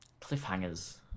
Cliffhangers